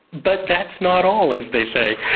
but that's not all, as they say.